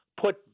put